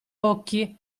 occhi